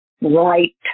right